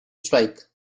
strike